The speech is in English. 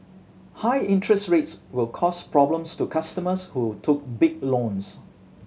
high interest rates will cause problems to customers who took big loans